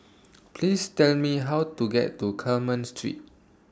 Please Tell Me How to get to Carmen Street